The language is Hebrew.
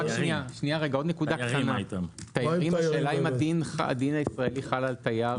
השאלה אם הדין הישראלי חל על תייר.